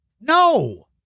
No